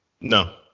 No